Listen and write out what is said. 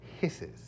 hisses